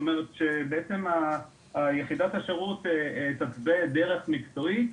זאת אומרת, שיחידת השירות תתווה דרך מקצועית.